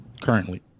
currently